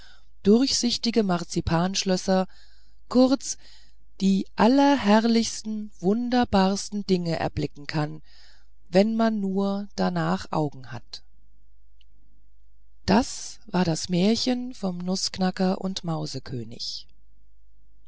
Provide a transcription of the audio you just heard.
durchsichtige marzipanschlösser kurz die allerherrlichsten wunderbarsten dinge erblicken kann wenn man nur darnach augen hat das war das märchen vom nußknacker und